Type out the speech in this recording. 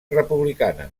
republicana